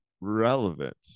relevant